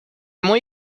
muy